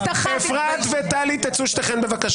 את עורכת דין ואת יודעת שזו אכיפה סלקטיבית.